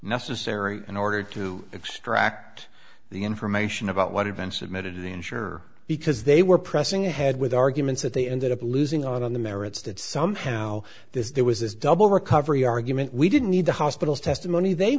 necessary in order to extract the information about what had been submitted to the insurer because they were pressing ahead with arguments that they ended up losing on the merits that somehow this there was this double recovery argument we didn't need the hospitals testimony they